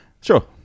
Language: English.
Sure